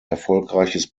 erfolgreiches